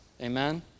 Amen